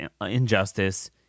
injustice